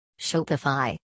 Shopify